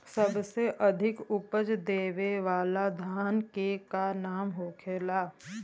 सबसे अधिक उपज देवे वाला धान के का नाम होखे ला?